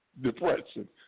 depression